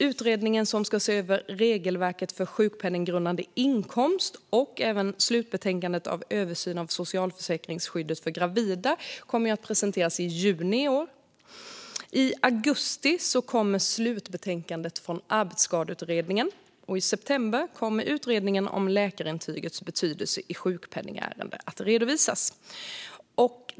Utredningen som ska se över regelverket för sjukpenninggrundande inkomst och slutbetänkandet när det gäller översynen av socialförsäkringsskyddet för gravida kommer att presenteras i juni i år. I augusti kommer slutbetänkandet från Arbetsskadeutredningen. I september kommer utredningen om läkarintygets betydelse i sjukpenningärenden att redovisas.